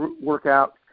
workout